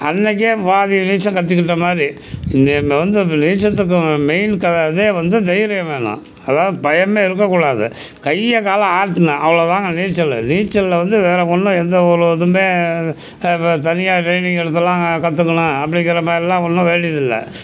அன்றைக்கே பாதி நீச்சல் கற்றுக்கிட்ட மாதிரி இங்கே நம்ம வந்து நீச்சல்த்துக்கு மெயின் க அதே வந்து தைரியம் வேணும் அதாவது பயமே இருக்கக்கூடாது கையை காலம் ஆடணும் அவ்வளோதாங்க நீச்சலு நீச்சலில் வந்து வேறு ஒன்றும் எந்த ஒரு இதுவுமே இப்போ தனியாக ட்ரைனிங் எடுத்துலாம் கற்றுக்கணும் அப்படிங்கிற மாதிரிலாம் ஒன்றும் வேண்டியதில்ல